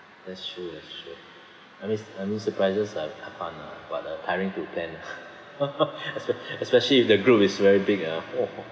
that's true that's true I mean I mean surprises are are fun ah but uh tiring to plan espe~ especially if the group is very big ah !whoa!